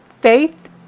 Faith